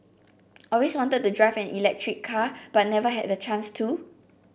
always wanted to drive an electric car but never had the chance to